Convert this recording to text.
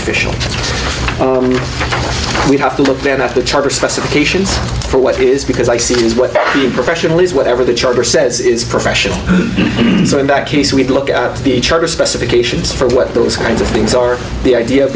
official we'd have to look down at the charter specifications for what it is because i see what the professionalise whatever the charter says is professional so in that case we'd look at the charter specifications for what those kinds of things are the idea